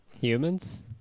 humans